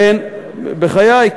איי, בחייך.